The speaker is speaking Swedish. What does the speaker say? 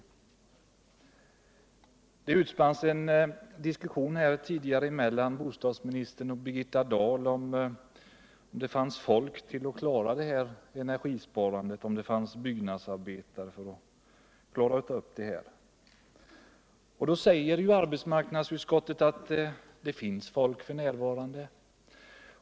Tidigare i dag utspann sig en diskussion mellan bostadsministern och Birgitta Dahl om huruvida det fanns byggnadsarbetare till att klara av energisparandet. Arbetsmarknadsutskottet påstår att det finns folk f. n.